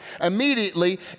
immediately